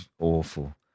awful